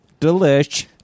delish